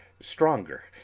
stronger